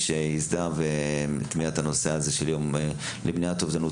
שייסדה והטמיעה את הנושא הזה של יום למניעת אובדנות